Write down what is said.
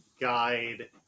guide